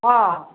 હા